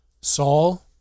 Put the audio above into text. Saul